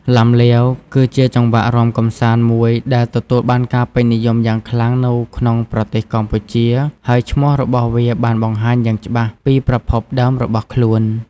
ឡាំលាវ គឺជាចង្វាក់រាំកម្សាន្តមួយដែលទទួលបានការពេញនិយមយ៉ាងខ្លាំងនៅក្នុងប្រទេសកម្ពុជា ហើយឈ្មោះរបស់វាបានបង្ហាញយ៉ាងច្បាស់ពីប្រភពដើមរបស់ខ្លួន។